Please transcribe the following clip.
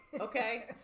Okay